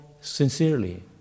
sincerely